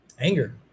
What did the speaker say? anger